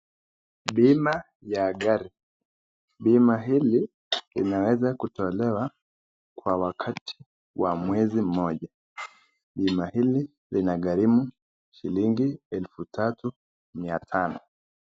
Bima ya gari, bima hili inaweza kutolewa kwa wakati wa mwezi mmoja. Bima hili linagharimu shilingi elfu tatu mia tano.